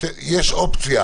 יש אופציה